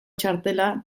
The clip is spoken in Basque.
txartela